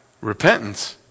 Repentance